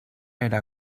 era